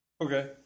Okay